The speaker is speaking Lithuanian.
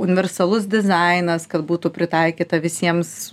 universalus dizainas kad būtų pritaikyta visiems